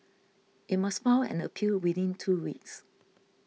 it must file an appeal within two weeks